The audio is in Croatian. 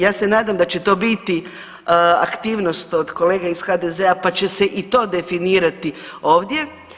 Ja se nadam da će to biti aktivnost od kolega iz HDZ-a pa će se i to definirati ovdje.